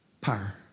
power